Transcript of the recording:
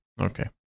Okay